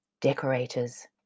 Decorators